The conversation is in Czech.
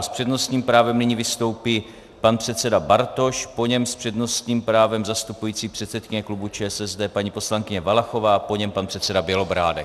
S přednostním právem nyní vystoupí pan předseda Bartoš, po něm s přednostním právem zastupující předsedkyně klubu ČSSD paní poslankyně Valachová, po ní pan předseda Bělobrádek.